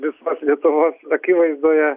visos lietuvos akivaizdoje